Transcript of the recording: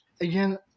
again